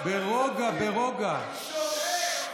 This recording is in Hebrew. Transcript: ברוגע, ברוגע.